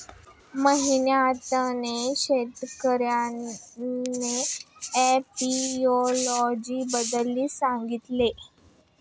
मोहितने शेतकर्यांना एपियोलॉजी बद्दल सांगितले